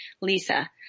Lisa